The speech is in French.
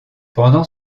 pendant